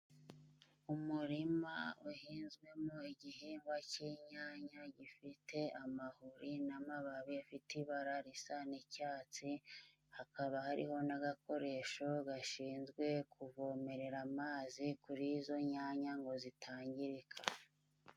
Umurima uhinzwemo igihingwa cy'inyanya gifite amahuri n'amababi afite ibara risa n'icyatsi hakaba hariho n'agakoresho gashinzwe kuvomerera amazi kuri izo nyanya ngo zitangirika.